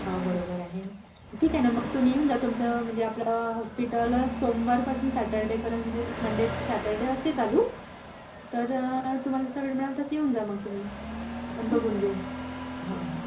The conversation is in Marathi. हो बरोबर आहे ठीक आहे ना मग तुम्ही येऊन जा तुमचं म्हणजे आपलं हॉस्पिटल सोमवारपासून सॅटर्डेपर्यंत म्हणजे मंडे टू शॅटर्डे असते चालू तर तुम्हाला जसा वेळ मिळाला तसं येऊन जा मग तुम्ही आपण बघू घेऊ हो हो